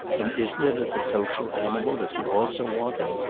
and isn't it as a social animal that you also want him?